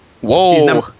Whoa